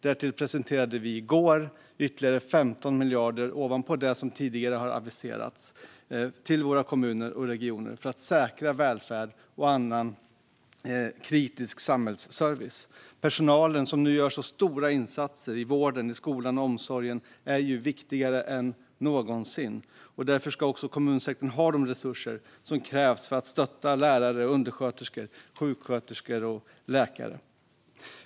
Därtill presenterade vi i går ytterligare 15 miljarder ovanpå det som tidigare har aviserats till våra kommuner och regioner för att säkra välfärd och annan kritisk samhällsservice. Personalen, som nu gör så stora insatser inom vård, skola och omsorg, är viktigare än någonsin. Därför ska också kommunsektorn ha de resurser som krävs för att stötta lärare, undersköterskor, sjuksköterskor och läkare.